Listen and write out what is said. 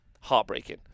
Heartbreaking